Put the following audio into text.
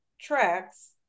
tracks